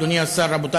אדוני השר,